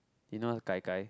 you know what's gai-gai